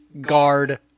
guard